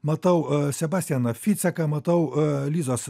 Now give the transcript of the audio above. matau sebastianą ficeką matau lizos